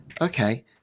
okay